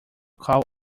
call